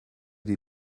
die